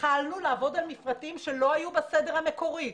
התחלנו לעבוד על מפרטים שלא היו בסדר המקורי.